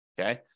Okay